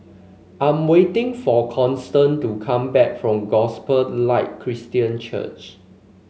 I am waiting for Constance to come back from Gospel Light Christian Church